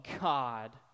God